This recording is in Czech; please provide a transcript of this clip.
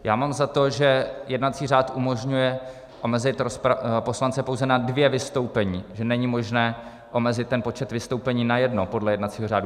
Já mám za to, že jednací řád umožňuje omezit poslance pouze na dvě vystoupení, že není možné omezit počet vystoupení na jedno podle jednacího řádu.